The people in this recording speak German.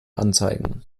anzeigen